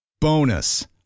Bonus